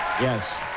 yes